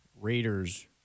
Raiders